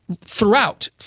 throughout